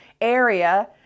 area